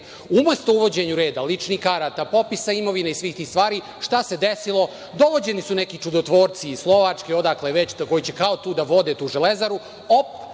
Umesto uvođenja reda, ličnih karata, popisa imovine i svih tih stvari, šta se desilo? Dovođeni su neki čudotvorci iz Slovačke, odakle već, koji će, kao, tu da vode Železaru.